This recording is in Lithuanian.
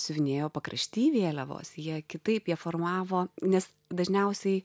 siuvinėjo pakrašty vėliavos jie kitaip jie formavo nes dažniausiai